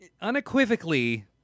unequivocally